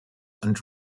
and